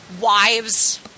wives